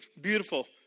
beautiful